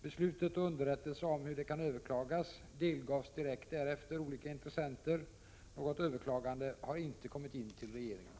Beslutet och underrättelse om hur det kan överklagas delgavs direkt därefter olika intressenter. Något överklagande har inte kommit in till regeringen.